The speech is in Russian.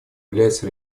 является